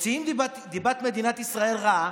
מוציאים דיבת מדינת ישראל רעה.